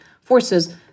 forces